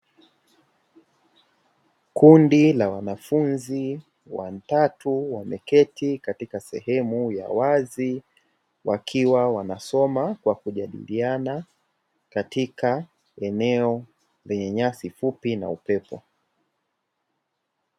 Kundi la wanafunzi watatu, wameketi katika sehemu ya wazi, wakiwa wanasoma kwa kujadiliana katika eneo lenye nyasi fupi na upepo.